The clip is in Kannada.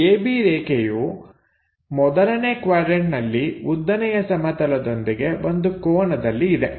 ಈ AB ರೇಖೆಯು ಮೊದಲನೇ ಕ್ವಾಡ್ರನ್ಟನಲ್ಲಿ ಉದ್ದನೆಯ ಸಮತಲದೊಂದಿಗೆ ಒಂದು ಕೋನದಲ್ಲಿ ಇದೆ